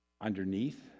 underneath